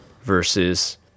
versus